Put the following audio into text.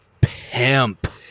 Pimp